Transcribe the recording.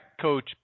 coach